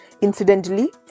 Incidentally